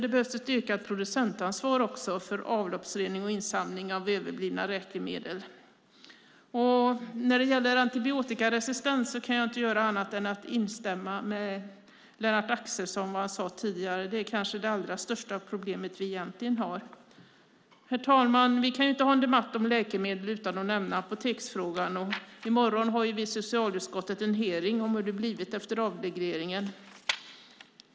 Det behövs också ett ökat producentansvar för avloppsrening och insamling av överblivna läkemedel. När det gäller antibiotikaresistens kan jag inte göra annat än att instämma i vad Lennart Axelsson tidigare sade. Det är kanske det allra största problemet vi har. Herr talman! Vi kan inte ha en debatt om läkemedel utan att nämna apoteksfrågan. I morgon har vi i socialutskottet en hearing om hur det har blivit efter avregleringen.